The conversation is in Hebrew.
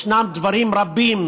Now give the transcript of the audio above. ישנם דברים רבים